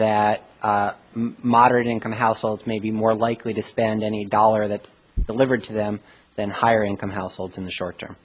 that moderate income households may be more likely to spend any dollar that leverage them and higher income households in the short term